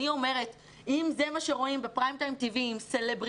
אני אומרת שאם זה מה שרואים בפריים טיים בטלוויזיה עם סלבריטאים,